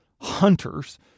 hunters